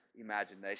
imagination